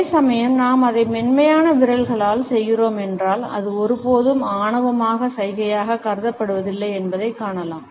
அதே சமயம் நாம் அதை மென்மையான விரல்களால் செய்கிறோம் என்றால் அது ஒருபோதும் ஆணவமான சைகையாக கருதப்படுவதில்லை என்பதைக் காணலாம்